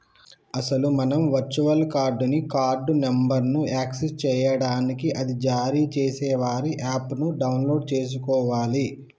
అసలు మనం virtual card ని కార్డు నెంబర్ను యాక్సెస్ చేయడానికి అది జారీ చేసే వారి యాప్ ను డౌన్లోడ్ చేసుకోవాలి